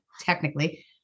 technically